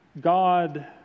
God